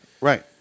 Right